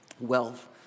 wealth